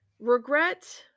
Regret